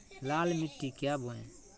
लाल मिट्टी क्या बोए?